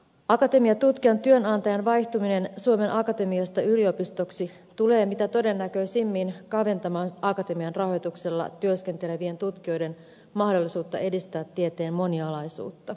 akatemiatutkijan työnantajan vaihtuminen suomen akatemiasta yliopistoksi tulee mitä todennäköisimmin kaventamaan akatemian rahoituksella työskentelevien tutkijoiden mahdollisuutta edistää tieteen monialaisuutta